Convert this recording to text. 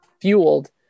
fueled